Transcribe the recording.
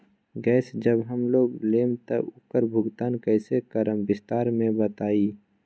Gas जब हम लोग लेम त उकर भुगतान कइसे करम विस्तार मे बताई?